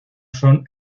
son